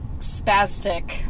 spastic